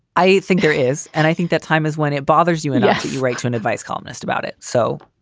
i think there is. and i think that time is when it bothers you when and yeah you write to an advice columnist about it. so,